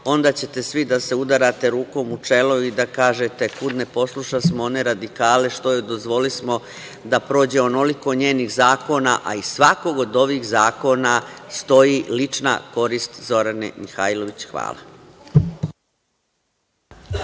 onda ćete svi da se udarate rukom o čelo i da kažete - kud ne poslušasmo one radikale, što joj dozvolismo da prođe onoliko njenih zakona, a iz svakog od ovih zakona stoji lična korist Zorane Mihajlović. Hvala.